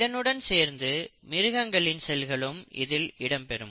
இதனுடன் சேர்ந்து மிருகங்களின் செல்களும் இதில் இடம்பெறும்